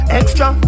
extra